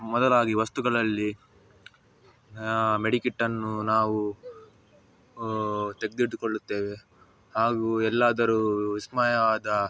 ಮೊದಲಾಗಿ ವಸ್ತುಗಳಲ್ಲಿ ಮೆಡಿಕಿಟ್ಟನ್ನು ನಾವು ತೆಗ್ದು ಇಟ್ಟುಕೊಳ್ಳುತ್ತೇವೆ ಹಾಗೂ ಎಲ್ಲಾದರು ವಿಸ್ಮಯವಾದ